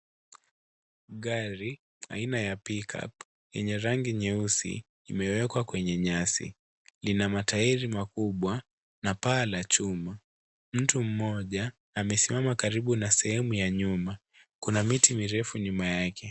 Gari aina ya pickup yenye rangi nyeusi imewekwa kwenye nyasi lina matairi makubwa na paa la chuma. Mtu mmoja amesimama karibu na sehemu ya nyuma kuna miti mirefu nyuma yake .